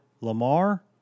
Lamar